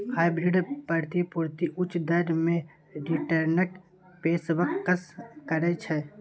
hybrid प्रतिभूति उच्च दर मे रिटर्नक पेशकश करै छै